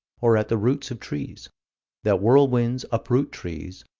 or at the roots of trees that whirlwinds uproot trees,